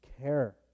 care